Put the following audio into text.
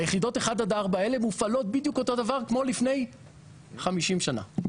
והיחידות 1-4 האל מופעלות בדיוק אותו דבר כמו לפני 45 שנים.